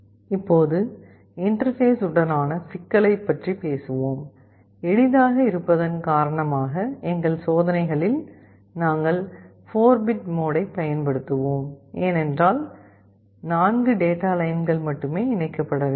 இப்போது இன்டர்பேஸ் உடனான சிக்கலைப் பற்றி பேசுவோம் எளிதாக இருப்பதன் காரணமாக எங்கள் சோதனைகளில் நாங்கள் 4 பிட் மோடைப் பயன்படுத்துவோம் ஏனென்றால் 4 டேட்டா லைன்கள் மட்டுமே இணைக்கப்பட வேண்டும்